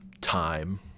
time